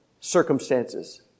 circumstances